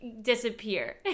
disappear